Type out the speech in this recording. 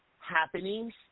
happenings